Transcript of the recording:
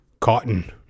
cotton